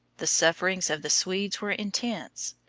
the sufferings of the swedes were intense.